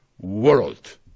world